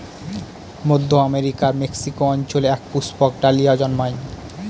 মধ্য আমেরিকার মেক্সিকো অঞ্চলে এক পুষ্পক ডালিয়া জন্মায়